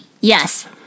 Yes